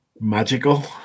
magical